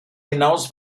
hinaus